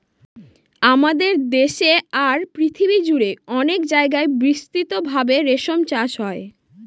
আমাদের দেশে আর পৃথিবী জুড়ে অনেক জায়গায় বিস্তৃত ভাবে রেশম চাষ হয়